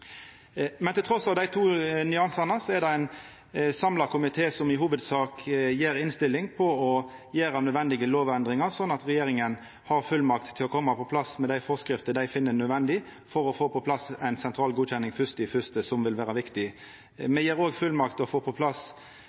dei to nyansane er det ein samla komité som i hovudsak innstiller på å gjera nødvendige lovendringar, sånn at regjeringa har fullmakt til å koma med dei forskriftene ho finn nødvendig, for å få plass ei sentral godkjenning 1. januar 2016, som vil vera viktig. Me gjev òg fullmakt til å få på plass